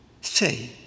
Say